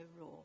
raw